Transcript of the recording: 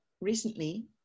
recently